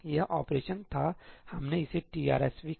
यह ऑपरेशन था हमने इसे TRSV कहा